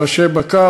ראשי בקר,